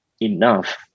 enough